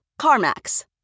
CarMax